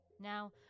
Now